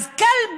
אז כלב,